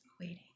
waiting